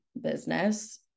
business